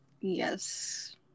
yes